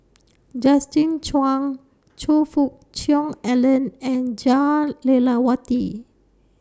Justin Zhuang Choe Fook Cheong Alan and Jah Lelawati